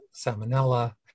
salmonella